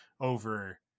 over